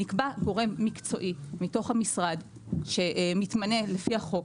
נקבע גורם מקצועי מתוך המשרד שמתמנה לפי החוק,